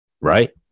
right